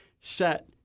set